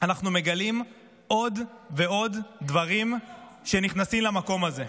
אנחנו מגלים עוד ועוד דברים שנכנסים למקום הזה.